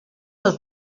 del